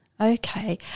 okay